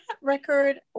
record